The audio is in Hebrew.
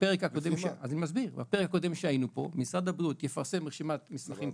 בפרק הקודם משרד הבריאות יפרסם רשימת מסמכים בסיסית.